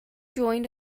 joined